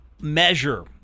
measure